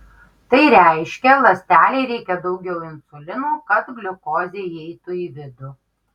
tai reiškia ląstelei reikia daugiau insulino kad gliukozė įeitų į vidų